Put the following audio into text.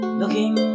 looking